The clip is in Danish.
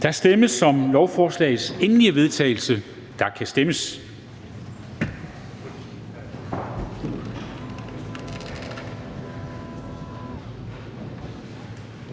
Der stemmes om lovforslagets endelige vedtagelse, og der kan stemmes.